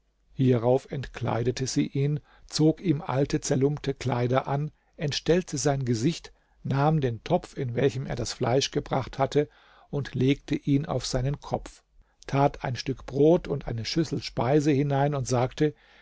hierauf entkleidete sie ihn zog ihm alte zerlumpte kleider an entstellte sein gesicht nahm den topf in welchem er das fleisch gebracht hatte und legte ihn auf seinen kopf tat ein stück brot und eine schüssel speise hinein und sagte